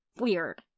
Weird